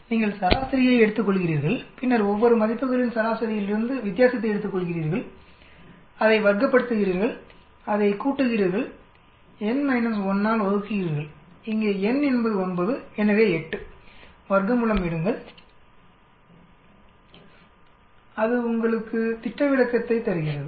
நீங்கள் சராசரியை எடுத்துக்கொள்கிறீர்கள் பின்னர் ஒவ்வொரு மதிப்புகளின் சராசரியிலிருந்து வித்தியாசத்தை எடுத்துக்கொள்கிறீர்கள் அதை வர்க்கப் படுத்துகிறீர்கள் அதை கூடுகிறீர்கள் n 1 ஆல் வகுக்குறீர்கள் இங்கேn என்பது 9 எனவே 8 வர்க்கமூலம் எடுங்கள் அது உங்களுக்கு திட்ட விலக்கத்தை தருகிறது